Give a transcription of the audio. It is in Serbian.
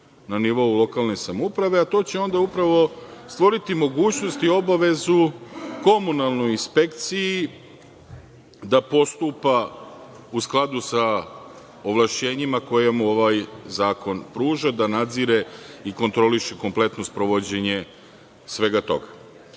na nivou lokalne samouprave, a to će onda upravo stvoriti mogućnost i obavezu komunalnoj inspekciji da postupa u skladu sa ovlašćenjima koje mu ovaj zakon pruža, da nadzire i kontroliše kompletno sprovođenje svega